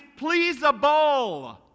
pleasable